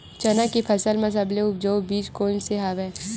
चना के फसल म सबले उपजाऊ बीज कोन स हवय?